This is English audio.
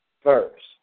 first